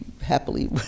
happily